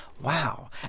Wow